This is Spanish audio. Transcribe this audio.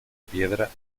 piedra